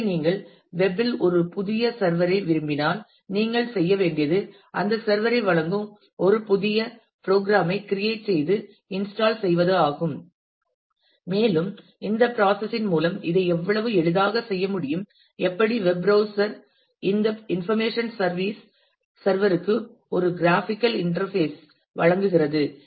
எனவே நீங்கள் வெப் இல் ஒரு புதிய சர்வர் ஐ விரும்பினால் நீங்கள் செய்ய வேண்டியது அந்த சர்வர் ஐ வழங்கும் ஒரு புதிய ப்ரோக்ராம் ஐ கிரியேட் செய்து இன்ஸ்டால் செய்வது ஆகும் மேலும் இந்த ப்ராசஸ் இன் மூலம் இதை எவ்வளவு எளிதாக செய்ய முடியும் எப்படி வெப் ப்ரௌஸ்சர் இந்த இன்பர்மேஷன் சர்வீஸ் சர்வர் க்கு ஒரு கிராபிகல் இன்டர்பேஸ் வழங்குகிறது